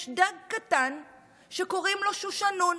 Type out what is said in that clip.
יש דג קטן שקוראים לו שושנון,